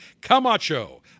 Camacho